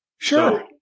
Sure